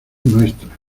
nuestra